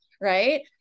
right